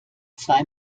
zwei